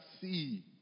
see